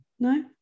no